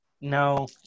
No